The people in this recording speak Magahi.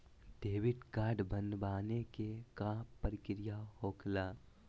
डेबिट कार्ड बनवाने के का प्रक्रिया होखेला?